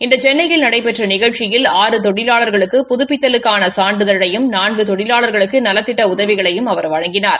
இன்று சென்னையில் நடைபெற்ற நிகழ்ச்சியில் ஆறு தொழிவாளா்களுக்கு புதுப்பித்தலுக்கான சான்றிதழையும் நான்கு தொழிலாளாக்ளுக்கு நலத்திட்ட உதவிகளையும் வழங்கினார்